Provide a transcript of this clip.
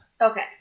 Okay